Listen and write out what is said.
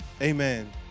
Amen